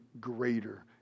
greater